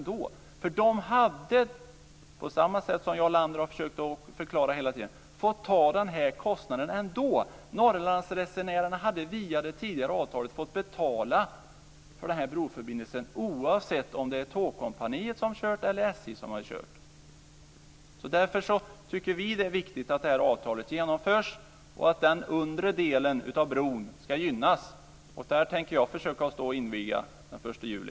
De hade fått ta den här kostnaden ändå, och det har Jarl Lander försökt förklara hela tiden. Norrlandsresenärerna hade genom det tidigare avtalet fått betala för den här broförbindelsen oavsett om det var Tågkompaniet som körde eller SJ som körde. Därför tycker vi att det är viktigt att det här avtalet genomförs och att den undre delen av bron ska gynnas. Där tänker jag försöka att stå och inviga den 1 juli.